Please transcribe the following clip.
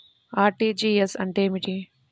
RTGS అంటే ఏమిటి?